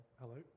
Hello